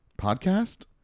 Podcast